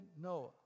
Noah